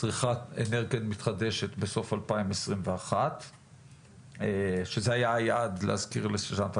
צריכת אנרגיה מתחדשת בסוף 21'. זה היה היעד ל-20'.